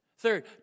Third